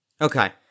Okay